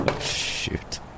shoot